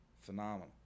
Phenomenal